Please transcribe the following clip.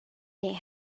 they